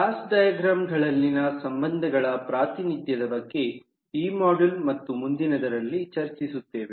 class ಡೈಗ್ರಾಮ್ಗಳಲ್ಲಿನ ಸಂಬಂಧಗಳ ಪ್ರಾತಿನಿಧ್ಯದ ಬಗ್ಗೆ ಈ ಮಾಡ್ಯೂಲ್ ಮತ್ತು ಮುಂದಿನದರಲ್ಲಿ ಚರ್ಚಿಸುತ್ತೇವೆ